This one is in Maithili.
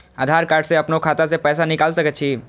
आधार कार्ड से अपनो खाता से पैसा निकाल सके छी?